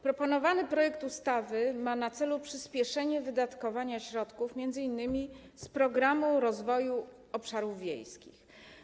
Przedłożony projekt ustawy ma na celu przyspieszenie wydatkowania środków m.in. z Programu Rozwoju Obszarów Wiejskich.